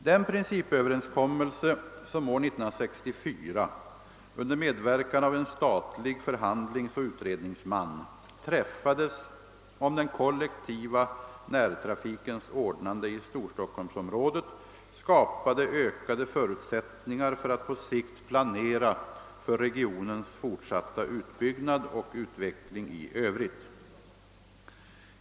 Den principöverenskommelse som år 1964 — under medverkan av en statlig förhandlingsoch utredningsman — träffades om den kollektiva närtrafikens ordnande i Storstockholmsområdet skapade ökade förutsättningar för att på sikt planera för regionens fortsatta utbyggnad och utveckling i övrigt.